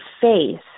faith